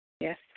Yes